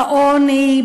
בעוני,